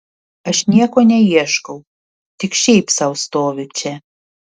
aš nieko neieškau tik šiaip sau stoviu čia